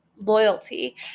loyalty